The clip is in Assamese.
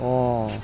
অঁ